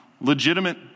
legitimate